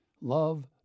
love